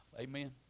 Amen